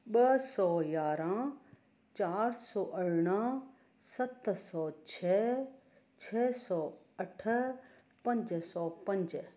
ॿ सौ यारहं चारि सौ अरिड़हं सत सौ छह छह सौ अठ पंज सौ पंज